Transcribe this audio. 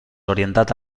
orientat